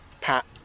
pat